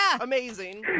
amazing